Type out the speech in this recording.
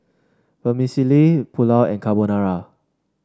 Vermicelli Pulao and Carbonara